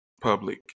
public